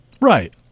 right